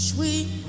Sweet